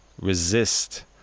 resist